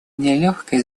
нелегкой